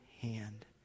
hand